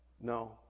No